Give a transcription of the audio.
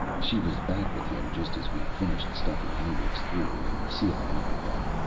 she was back with him just as we finished stuffing hendrix through and sealing up again.